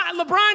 LeBron